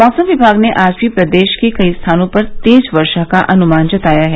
मौसम विभाग ने आज भी प्रदेश के कई स्थानों पर तेज वर्षा का अनुमान जताया है